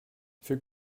für